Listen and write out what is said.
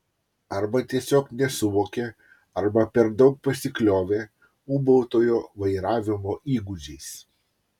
arba tiesiog nesuvokė arba per daug pasikliovė ūbautojo vairavimo įgūdžiais